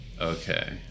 Okay